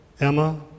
Emma